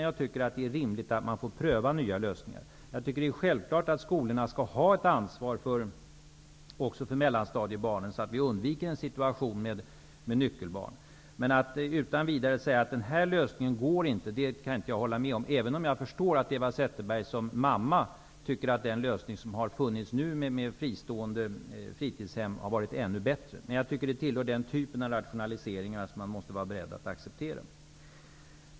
Jag tycker att det är rimligt att kommunerna får pröva nya lösningar. Det är självklart att skolorna skall ha ett ansvar också för mellanstadiebarnen, så att vi undviker en situation med nyckelbarn. Men att utan vidare säga att en viss lösning inte går att ha kan jag inte hålla med om, även om jag förstår att Eva Zetterberg som mamma tycker att den lösning som nu funnits med mer fristående fritidshem har varit ännu bättre. Detta tillhör den typen av rationaliseringar som man måste vara beredd att acceptera.